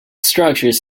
structures